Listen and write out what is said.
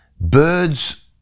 Birds